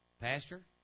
Pastor